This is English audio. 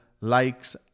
likes